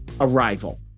Arrival